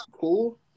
cool